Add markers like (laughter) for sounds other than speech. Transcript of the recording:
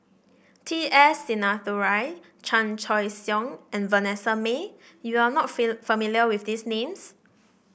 T S Sinnathuray Chan Choy Siong and Vanessa Mae you are not (unintelligible) familiar with these names